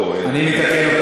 אני אתקן,